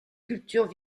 cultures